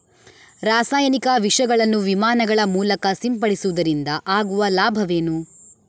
ರಾಸಾಯನಿಕ ವಿಷಗಳನ್ನು ವಿಮಾನಗಳ ಮೂಲಕ ಸಿಂಪಡಿಸುವುದರಿಂದ ಆಗುವ ಲಾಭವೇನು?